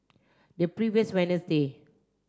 the previous